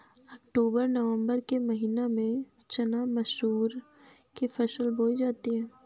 अक्टूबर नवम्बर के महीना में चना मसूर की फसल बोई जाती है?